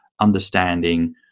understanding